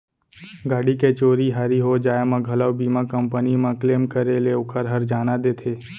गाड़ी के चोरी हारी हो जाय म घलौ बीमा कंपनी म क्लेम करे ले ओकर हरजाना देथे